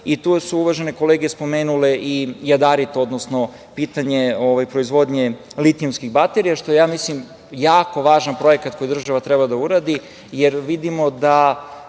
Tu su uvažene kolege spomenule jadarit, odnosno pitanje proizvodnje litijumskih baterija, što je, ja mislim, jako važan projekat koji država treba da uradi, jer vidimo da